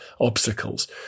obstacles